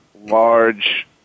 Large